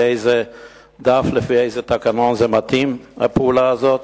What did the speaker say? איזה דף ולאיזה תקנון מתאימה הפעולה הזאת?